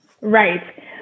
Right